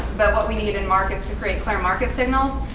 but what we needed in market is to create clear market signals.